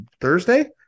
Thursday